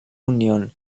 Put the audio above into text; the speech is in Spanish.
union